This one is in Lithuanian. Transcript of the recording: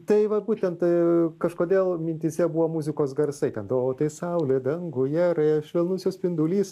tai vat būtent kažkodėl mintyse buvo muzikos garsai ten o tai saulė danguje ir švelnus jos spindulys